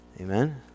Amen